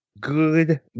good